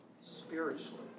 spiritually